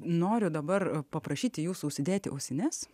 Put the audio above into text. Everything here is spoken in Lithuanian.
noriu dabar paprašyti jūsų užsidėti ausines